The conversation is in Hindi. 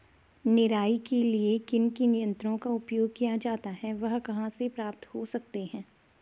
निराई के लिए किन किन यंत्रों का उपयोग किया जाता है वह कहाँ प्राप्त हो सकते हैं?